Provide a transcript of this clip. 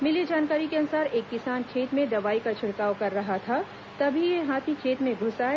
मिली जानकारी के अनुसार एक किसान खेत में दवाई का छिड़काव कर रहा था तभी ये हाथी खेत में घुस आए